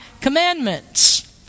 commandments